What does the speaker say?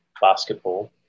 basketball